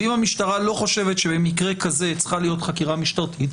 ואם המשטרה לא חושבת שבמקרה כזה צריכה להיות חקירה משטרתית,